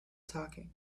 talking